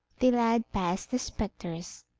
the lad passed the spectres,